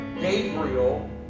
Gabriel